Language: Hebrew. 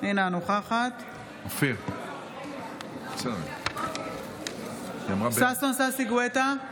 אינה נוכחת ששון ששי גואטה,